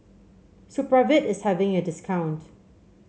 supravit is having a discount